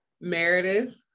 Meredith